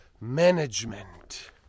management